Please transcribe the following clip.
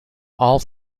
all